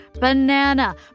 Banana